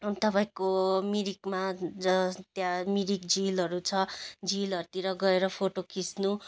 तपाईँको मिरिकमा त्यहाँ मिरिक झिलहरू छ झिलहरूतिर गएर फोटो खिच्नु